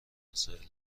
مسائل